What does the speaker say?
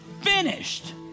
finished